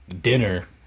dinner